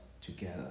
together